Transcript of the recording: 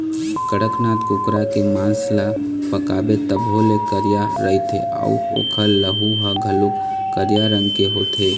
कड़कनाथ कुकरा के मांस ल पकाबे तभो ले करिया रहिथे अउ ओखर लहू ह घलोक करिया रंग के होथे